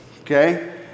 okay